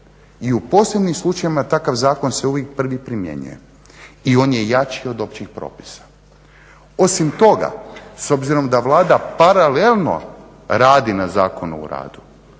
i u posebnim slučajevima takav zakon se uvijek prvi primjenjuje i on je jači od općih propisa. Osim toga, s obzirom da Vlada paralelno radi na Zakonu o radu,